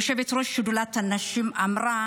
יושבת-ראש שדולת הנשים, אמרה